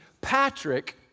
Patrick